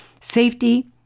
safety